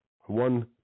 One